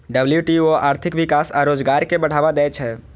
WTO आर्थिक विकास आ रोजगार कें बढ़ावा दै छै